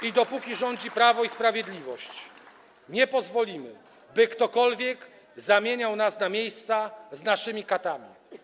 I dopóki rządzi Prawo i Sprawiedliwość nie pozwolimy, by ktokolwiek zamieniał nas na miejsca z naszymi katami.